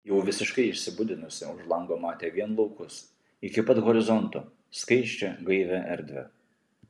jau visiškai išsibudinusi už lango matė vien laukus iki pat horizonto skaisčią gaivią erdvę